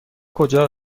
کجا